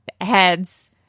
heads